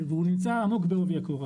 והוא נמצא עמוק בעובי הקורה